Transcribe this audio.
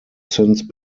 since